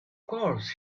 course